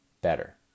better